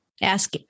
ask